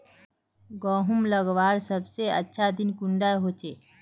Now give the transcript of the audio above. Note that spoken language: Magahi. गहुम लगवार सबसे अच्छा दिन कुंडा होचे?